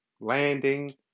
landing